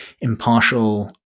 impartial